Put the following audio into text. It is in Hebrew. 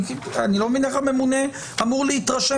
אני לא מבין איך הממונה אמור להתרשם